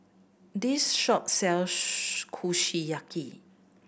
this shop sells Kushiyaki